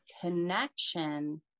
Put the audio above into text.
connection